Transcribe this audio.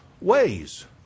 ways